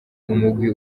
umugwi